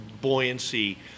buoyancy